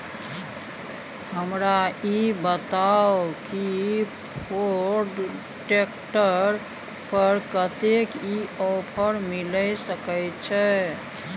हमरा ई बताउ कि फोर्ड ट्रैक्टर पर कतेक के ऑफर मिलय सके छै?